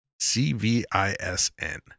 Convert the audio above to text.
CVISN